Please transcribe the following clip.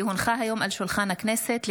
כי הונחה היום על שולחן הכנסת,